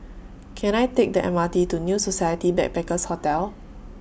Can I Take The M R T to New Society Backpackers' Hotel